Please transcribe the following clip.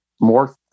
more